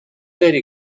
داری